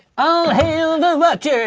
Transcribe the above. all hail the watcher.